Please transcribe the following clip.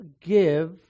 give